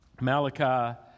Malachi